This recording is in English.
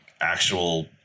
actual